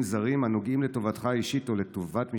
זרים הנוגעים לטובתך האישית ולטובת משפחתך,